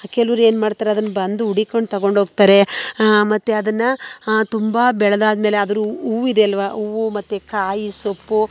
ಕೆಲವ್ರು ಏನು ಮಾಡ್ತಾರೆ ಅದನ್ನ ಬಂದು ಹುಡಿಕೊಂಡು ತಗೊಂಡು ಹೋಗ್ತಾರೆ ಮತ್ತೆ ಅದನ್ನು ತುಂಬ ಬೆಳೆದಾದ ಮೇಲೆ ಅದರ ಹೂವಿದೆ ಅಲ್ವ ಹೂವು ಮತ್ತೆ ಕಾಯಿ ಸೊಪ್ಪು